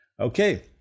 Okay